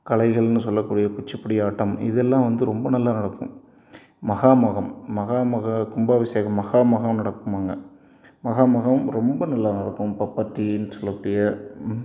கலைகள்னு சொல்லக்கூடிய குச்சிப்புடி ஆட்டம் இதெல்லாம் வந்து ரொம்ப நல்லா நடக்கும் மகாமகம் மகாமக கும்பாபிஷேகம் மகாமகம் நடக்கும் அங்கே மகாமகம் ரொம்ப நல்லா நடக்கும் பப்பர்ட்டின்னு சொல்லக்கூடிய